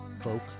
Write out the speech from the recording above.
Folk